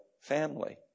Family